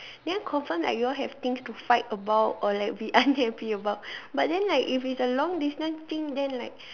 then confirm like you all have things to fight about or like be unhappy about but then like if it's a long distance thing then like